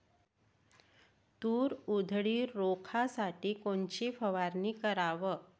तूर उधळी रोखासाठी कोनची फवारनी कराव?